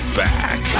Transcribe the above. back